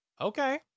Okay